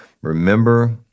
Remember